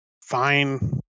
Fine